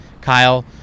Kyle